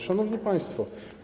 Szanowni Państwo!